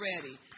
ready